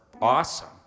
awesome